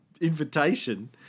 invitation